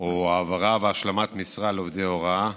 או העברה והשלמת משרה לעובדי הוראה,